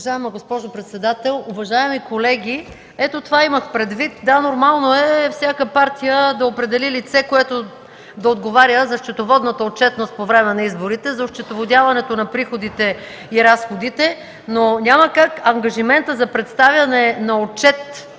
Уважаема госпожо председател, уважаеми колеги! Ето това имах предвид. Да, нормално е всяка партия да определи лице, което да отговаря за счетоводната отчетност по време на изборите, за осчетоводяването на приходите и разходите. Няма как обаче ангажиментът за представяне на отчета